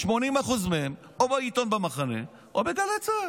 80% מהם או מעיתון במחנה או מגלי צה"ל.